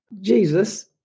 Jesus